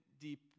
deep